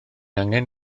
angen